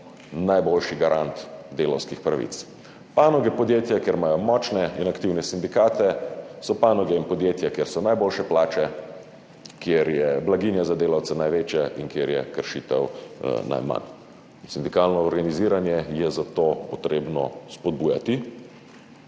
najboljši garant delavskih pravic. Panoge, podjetja, kjer imajo močne in aktivne sindikate, so panoge in podjetja, kjer so najboljše plače, kjer je blaginja za delavce največja in kjer je kršitev najmanj. Sindikalno organiziranje je zato treba spodbujati,